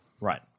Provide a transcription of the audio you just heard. Right